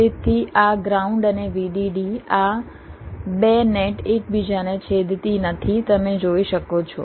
તેથી આ ગ્રાઉન્ડ અને VDD આ 2 નેટ એકબીજાને છેદતી નથી તમે જોઈ શકો છો